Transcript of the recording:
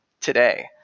today